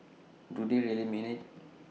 do they really mean IT